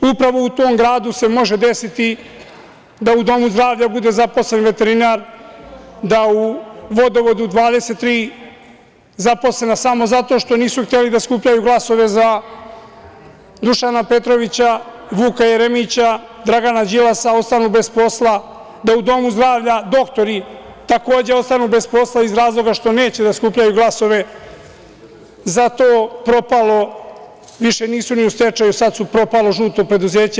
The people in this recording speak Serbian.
Upravo u tom gradu se može desiti da u domu zdravlja bude zaposlen veterinar, da u vodovodu 23 zaposlena, samo zato što nisu hteli da skupljaju glasove za Dušana Petrovića, Vuka Jeremića, Dragana Đilasa, ostanu bez posla, da u domu zdravlja doktori ostanu bez posla iz razloga što neće da skupljaju glasove za to propalo, više nisu ni u stečaju, žuto preduzeće.